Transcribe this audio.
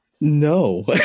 No